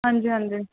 ਹਾਂਜੀ ਹਾਂਜੀ